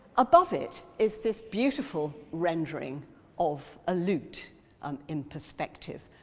above it is this beautiful rendering of a lute um in perspective.